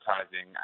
advertising